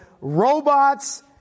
robots